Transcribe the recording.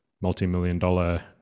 multi-million-dollar